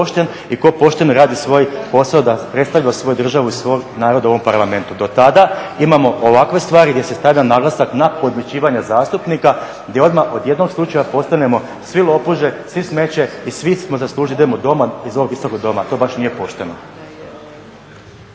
i tko pošteno radi svoj posao, da predstavlja svoju državu i svoj narod u ovom parlamentu. Do tada imamo ovakve stvari gdje se stavlja naglasak na podmićivanja zastupnika, gdje odmah od jednog slučaja postanemo svi lopuže, svi smeće i svi smo zaslužili da idemo doma iz ovog Visokog doma. To baš nije pošteno.